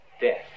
death